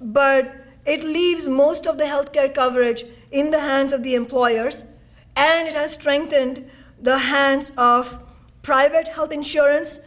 but it leaves most of the health care coverage in the hands of the employers and it has strengthened the hands of private health insurance